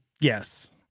yes